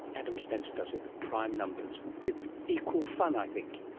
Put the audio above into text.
adam spencer does it with prime numbers, with equal fun i think.